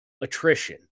attrition